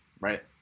right